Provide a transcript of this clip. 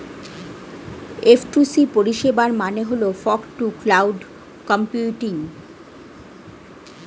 F two C পরিষেবার মানে হল ফগ টু ক্লাউড কম্পিউটিং